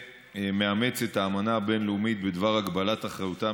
מאמץ את האמנה הבין-לאומית בדבר הגבלת אחריותם